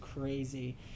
crazy